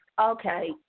Okay